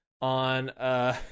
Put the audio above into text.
on